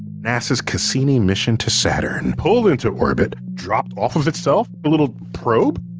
nasa's cassini mission to saturn pulled into orbit, dropped off of itself a little probe.